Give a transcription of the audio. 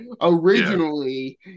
Originally